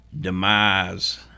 demise –